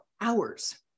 hours